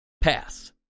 Pass